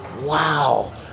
wow